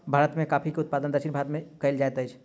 भारत में कॉफ़ी के उत्पादन दक्षिण भारत में कएल जाइत अछि